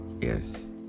yes